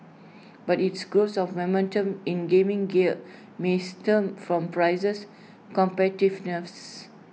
but its grows of momentum in gaming gear may stem from prices competitiveness